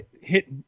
hit